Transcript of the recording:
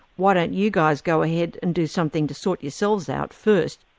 why don't you guys go ahead and do something to sort yourselves out first,